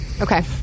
Okay